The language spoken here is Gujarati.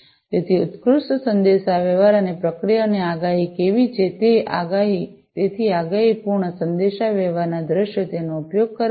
તેથી ઉત્કૃષ્ટ સંદેશાવ્યવહાર અને પ્રક્રિયાઓની આગાહી કેવી છે તેથી આગાહીપૂર્ણ સંદેશાવ્યવહારના દૃશ્યો તેનો ઉપયોગ કરે છે